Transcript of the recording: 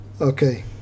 Okay